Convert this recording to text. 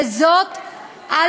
יש לך דוגמה אחת?